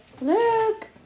Luke